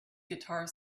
guitar